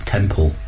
Temple